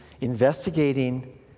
investigating